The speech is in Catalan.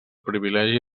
privilegi